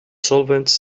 solvents